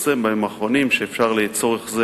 התפרסם בימים האחרונים שאפשר לצורך זה